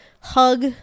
hug